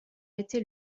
été